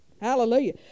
Hallelujah